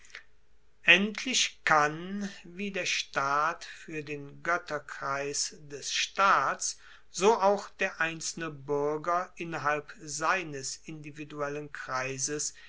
endlich kann wie der staat fuer den goetterkreis des staats so auch der einzelne buerger innerhalb seines individuellen kreises